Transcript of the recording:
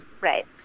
right